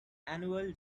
annual